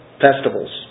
festivals